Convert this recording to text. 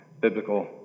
biblical